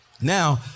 Now